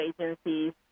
agencies